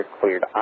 Cleared